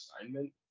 assignment